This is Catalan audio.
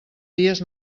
dies